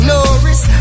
Norris